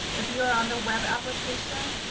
if you are on the web application,